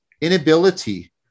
inability